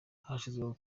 hashyizweho